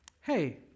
hey